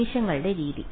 നിമിഷങ്ങളുടെ രീതി